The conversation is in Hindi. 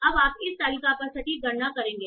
अब आप इस तालिका पर सटीक गणना करेंगे